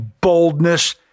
boldness